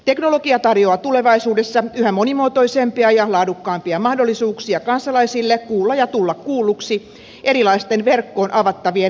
teknologia tarjoaa tulevaisuudessa yhä monimuotoisempia ja laadukkaampia mahdollisuuksia kansalaisille kuulla ja tulla kuulluksi erilaisten verkkoon avattavien osallistumiskanavien kautta